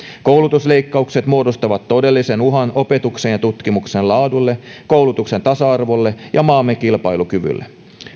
koulutusleikkaukset muodostavat todellisen uhan opetuksen ja tutkimuksen laadulle koulutuksen tasa arvolle ja maamme kilpailukyvylle